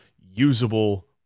usable